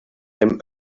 dem